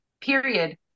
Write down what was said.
period